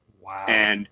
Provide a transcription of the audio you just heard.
Wow